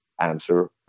answer